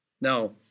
Now